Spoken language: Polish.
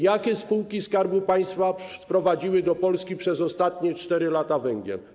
Jakie spółki Skarbu Państwa sprowadziły do Polski przez ostatnie 4 lata węgiel?